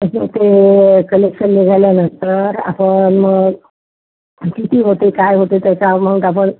अजून ते कलेक्शन निघाल्यानंतर आपण मग किती होते काय होते त्याचा अमाऊंट आपण